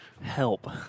Help